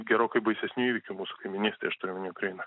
gerokai baisesnių įvykių mūsų kaimynystėj aš turiu omeny ukrainą